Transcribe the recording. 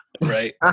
right